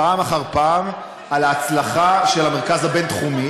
פעם אחר פעם על ההצלחה של המרכז הבין-תחומי,